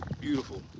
Beautiful